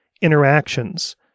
interactions